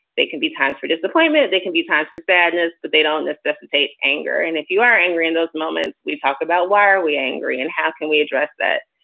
they can be times for disappointment. they can be times for sadness. but they don't necessitate anger. and if you are angry in those moments, we talk about why are we angry and how can we address that?